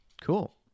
Cool